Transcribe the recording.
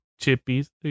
Chippies